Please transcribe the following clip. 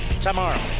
tomorrow